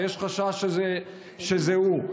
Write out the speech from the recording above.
ויש חשש שזה הוא.